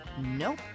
Nope